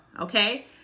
okay